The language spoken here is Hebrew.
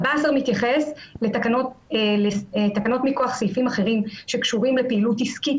מתייחס לתקנות מכוח סעיפים אחרים שקשורים לפעילות עסקית